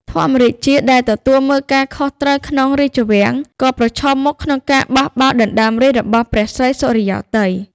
ធម្មរាជា ដែលទទួលមើលការខុសត្រូវក្នុងរាជវាំងក៏ប្រឈមមុខក្នុងការបោះបោរដណ្ដើមរាជ្យរបស់ព្រះស្រីសុរិយោទ័យ ។